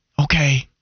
Okay